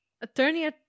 Attorney